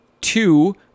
two